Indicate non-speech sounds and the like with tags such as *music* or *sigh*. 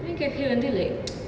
mind cafe வந்து:vanthu like *noise*